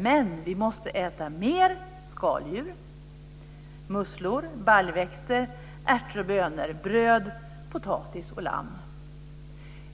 Men vi måste äta mer skaldjur, musslor, baljväxter, ärtor och bönor, bröd, potatis och lamm -